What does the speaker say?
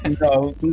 No